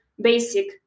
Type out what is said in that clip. basic